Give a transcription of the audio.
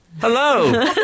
Hello